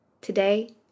Today